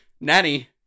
nanny